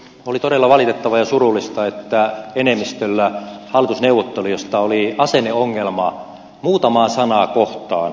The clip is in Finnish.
oli todella valitettavaa ja surullista että enemmistöllä hallitusneuvottelijoista oli asenneongelma muutamaa sanaa kohtaan